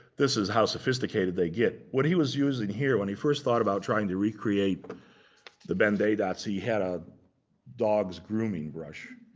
this is how sophisticated they get. what he was using here, when he first thought about trying to recreate the ben-day dots, he had a dog's grooming brush,